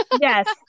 Yes